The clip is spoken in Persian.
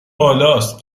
بالاست